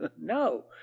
No